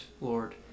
Lord